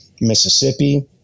Mississippi